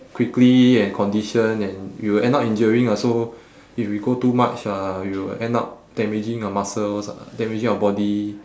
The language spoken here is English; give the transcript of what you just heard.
quickly and condition and we will end up injuring ah so if we go too much ah we will end up damaging your muscles uh damaging your body